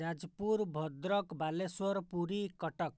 Jajpur Bhadrak Balasore Puri Cuttack